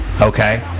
Okay